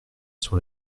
sur